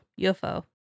UFO